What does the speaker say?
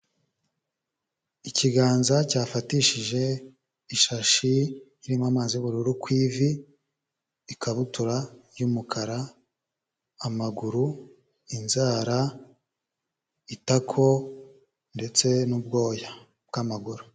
Ikiganza cyafatishije ishashi irimo amazi y'ubururu ku ivu, ikabutura y'umukara, amaguru, inzara, itako ndetse n'ubwoya bw'amaguru.